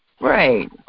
Right